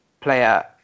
player